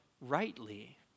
rightly